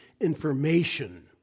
information